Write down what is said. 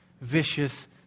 vicious